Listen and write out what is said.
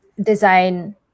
design